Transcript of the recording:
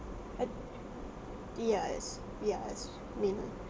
I yes yes mean